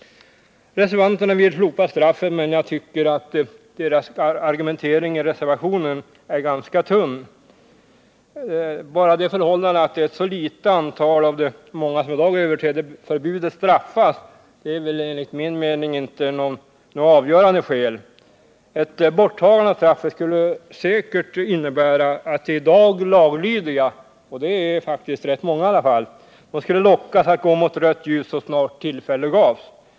Reservanterna vill slopa straffet, men jag tycker att deras argumentering i reservationen är ganska tunn. Bara det förhållandet att ett så litet antal av de många som i dag överträder förbudet straffas, är enligt min mening inte något avgörande skäl. Ett borttagande av straffet skulle säkert innebära att de i dag laglydiga — och det är faktiskt rätt många — också skulle lockas att gå mot rött ljus så snart tillfälle gavs.